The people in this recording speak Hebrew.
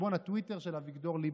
בחשבון הטוויטר של אביגדור ליברמן.